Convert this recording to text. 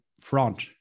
front